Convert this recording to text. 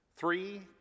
three